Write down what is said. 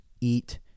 eat